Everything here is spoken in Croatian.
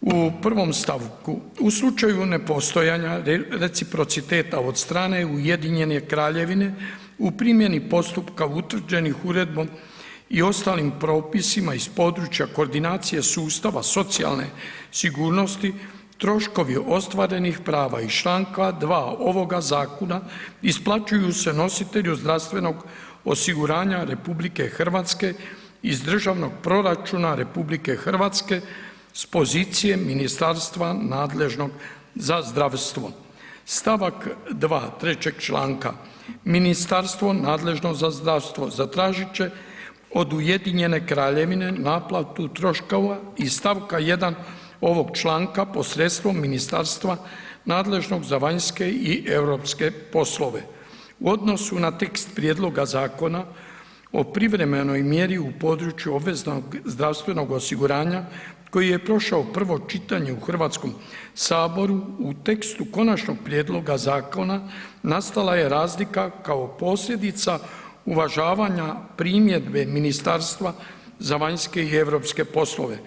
u 1. stavku: „U slučaju nepostojanja reciprociteta od strane Ujedinjene Kraljevine u primjeni postupka utvrđenih uredbom i ostalim propisima iz područja koordinacije sustava socijalne sigurnosti troškovi ostvarenih prava iz članka 2. ovoga zakona isplaćuju se nositelju zdravstvenog osiguranja Republike Hrvatske iz Državnog proračuna Republike Hrvatske s pozicije ministarstva nadležnog za zdravstvo.“ Stavak 2. 3. članka: „Ministarstvo nadležno za zdravstvo zatražit će od Ujedinjene Kraljevine naplatu troškova iz stavka 1. ovoga članka posredstvom ministarstva nadležnog za vanjske i europske poslove.“ U odnosu na tekst Prijedloga zakona o privremenoj mjeri u području obveznog zdravstvenog osiguranja koji je prošao prvo čitanje u Hrvatskom saboru u tekstu Konačnog prijedloga zakona nastala je razlika kao posljedica uvažanja primjedbe Ministarstva za vanjske i europske poslove.